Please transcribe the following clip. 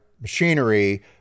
machinery